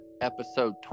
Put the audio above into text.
episode